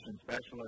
specialist